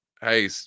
hey